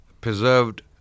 preserved